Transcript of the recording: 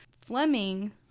Fleming